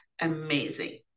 amazing